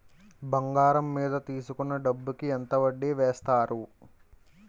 బంగారం మీద తీసుకున్న డబ్బు కి ఎంత వడ్డీ వేస్తారు?